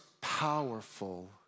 powerful